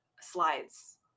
slides